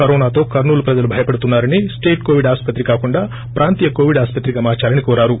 కరోనతో కర్పూలు ప్రజలు భయపడుతున్నా రని స్టేట్ కోవిడ్ ఆసుపత్రి కాకుండా ప్రాంతీయ కోవిడ్ ఆసుపత్రిగా మార్సాలని కోరారు